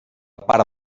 part